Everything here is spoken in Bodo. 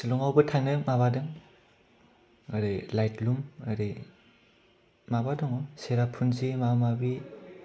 शिलंआवबो थांनो माबादों ओरै लाइटलुम एरै माबा दङ' चेरापुनजि माबा माबि